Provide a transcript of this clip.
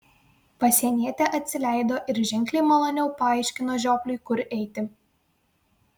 pasienietė atsileido ir ženkliai maloniau paaiškino žiopliui kur eiti